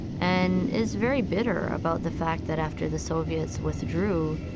and is very bitter about the fact that after the soviets withdrew,